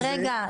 רגע,